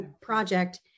project